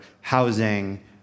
housing